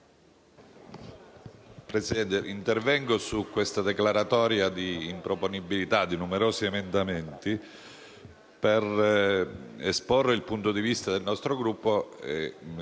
Presidente, intervengo su questa declaratoria di improponibilità di numerosi emendamenti per esporre il punto di vista del nostro Gruppo e